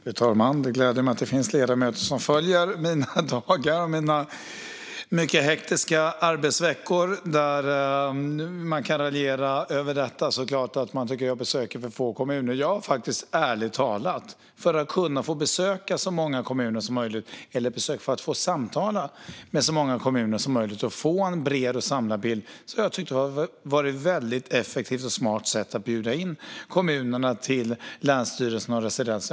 Fru talman! Det gläder mig att det finns ledamöter som följer mina dagar och mina mycket hektiska arbetsveckor! Man kan såklart raljera över detta och tycka att jag besöker för få kommuner. För att få besöka eller för att få samtala med så många kommuner som möjligt har jag ärligt talat tyckt att det har varit ett väldigt effektivt och smart sätt att bjuda in kommunerna till länsstyrelserna och residensen.